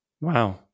Wow